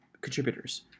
contributors